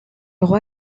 roi